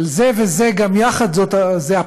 אבל זה וזה גם יחד זה הפסיפס